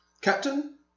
Captain